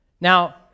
Now